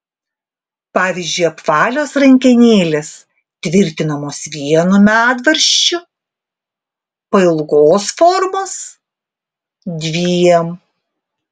pavyzdžiui apvalios rankenėlės tvirtinamos vienu medvaržčiu pailgos formos dviem